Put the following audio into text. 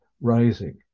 rising